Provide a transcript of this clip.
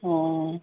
অঁ